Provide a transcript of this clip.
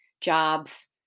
jobs